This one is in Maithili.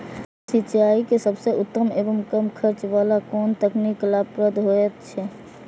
सिंचाई के सबसे उत्तम एवं कम खर्च वाला कोन तकनीक लाभप्रद होयत छै?